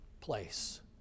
place